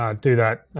um do that,